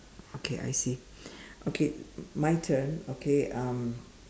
okay I see okay my turn okay um